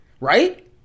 right